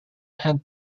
had